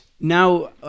Now